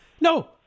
No